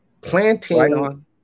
Planting